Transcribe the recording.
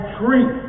treat